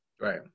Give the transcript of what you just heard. Right